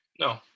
No